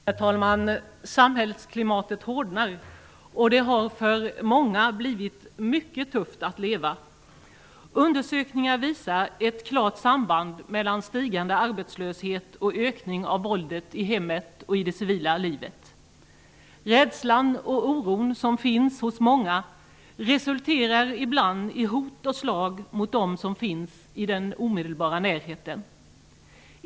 Herr talman! Samhällsklimatet hårdnar. För många har det blivit mycket tufft att leva. Undersökningar visar ett klart samband mellan den stigande arbetslösheten och ökningen av våldet i hemmen och i det civila livet. Den rädsla och oro som många känner resulterar ibland i hot och slag mot dem som finns i den omedelbara närheten.